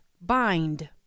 Bind